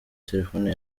telefone